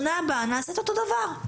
שנה הבאה נעשה את אותו הדבר,